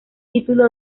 título